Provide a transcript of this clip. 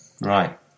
right